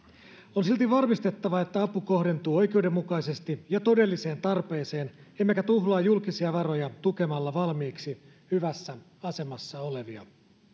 on silti varmistettava että apu kohdentuu oikeudenmukaisesti ja todelliseen tarpeeseen emmekä tuhlaa julkisia varoja tukemalla valmiiksi hyvässä asemassa olevia